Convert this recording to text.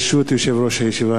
ברשות יושב-ראש הישיבה,